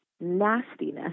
nastiness